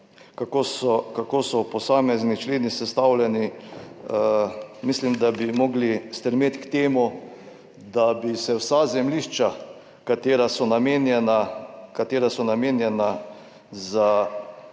kako so posamezni členi sestavljeni, mislim, da bi morali stremeti k temu, da bi se vsa zemljišča, katera so namenjena za